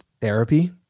therapy